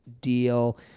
deal